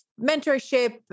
mentorship